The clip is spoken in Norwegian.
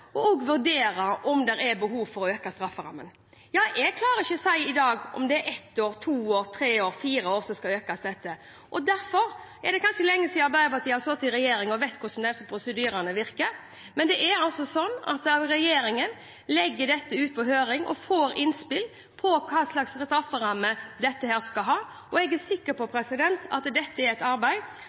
og vurdere om det er behov for å øke strafferammen. Jeg klarer ikke i dag å si om det er ett, to, tre eller fire år den skal økes med. Det er lenge siden Arbeiderpartiet satt i regjering og visste hvordan disse prosedyrene er, men det er altså sånn at regjeringen sender dette ut på høring og får innspill om hvilken strafferamme dette skal ha. Jeg er sikker på at dette er et arbeid